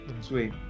Sweet